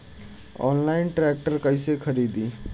Online tractor कैसे खरदी?